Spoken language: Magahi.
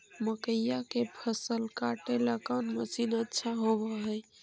मकइया के फसल काटेला कौन मशीन अच्छा होव हई?